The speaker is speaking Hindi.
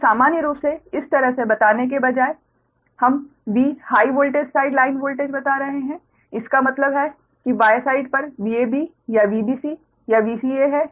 तो सामान्य रूप से इस तरह से बताने के बजाय हम V high voltage side line voltage बता रहे हैं इसका मतलब है कि Y साइड पर VAB या VBC या VCA है